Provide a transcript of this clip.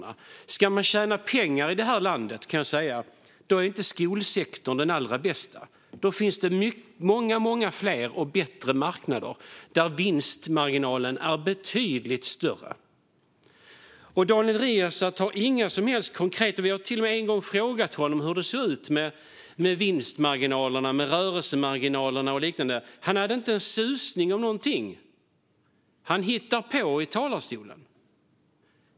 Om man ska tjäna pengar i detta land är skolsektorn inte den allra bästa. Det finns många bättre marknader där vinstmarginalen är betydligt större. Jag har en gång frågat honom hur det ser ut med vinstmarginaler, rörelsemarginaler med mera, men han hade inte en susning. Han hittar på i talarstolen.